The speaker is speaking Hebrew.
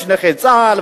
יש נכי צה"ל,